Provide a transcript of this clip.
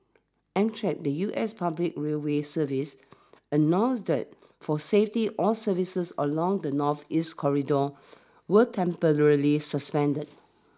Amtrak the U S public railway service announced that for safety all services along the northeast corridor were temporarily suspended